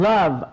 Love